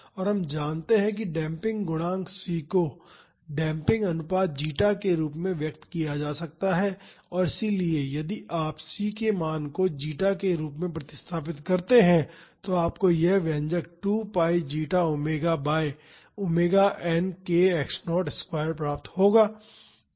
और हम जानते हैं कि डेम्पिंग गुणांक c को डेम्पिंग अनुपात जीटा के रूप में व्यक्त किया जा सकता है और इसलिए यदि आप c के मान को जीटा के रूप में प्रतिस्थापित करते हैं तो आपको यह व्यंजक 2 pi zeta omega by omega n k x0 square प्राप्त होगा